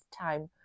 time